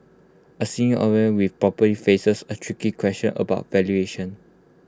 A with property faces A tricky question about valuation